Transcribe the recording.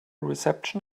reception